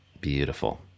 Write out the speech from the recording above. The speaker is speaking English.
Beautiful